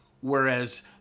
Whereas